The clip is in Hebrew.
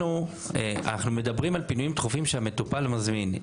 אנחנו מדברים על פינויים דחופים שהמטופל מזמין.